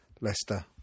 Leicester